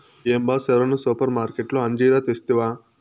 ఏం బా సెరవన సూపర్మార్కట్లో అంజీరా తెస్తివా